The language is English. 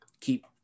keep